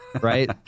Right